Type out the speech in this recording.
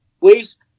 waste